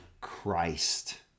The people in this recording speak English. Christ